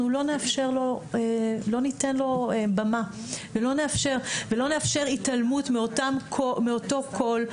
לא ניתן לזה במה ולא נאפשר התעלמות מאותו קול,